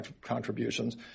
contributions